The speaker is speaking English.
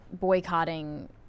boycotting